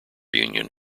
union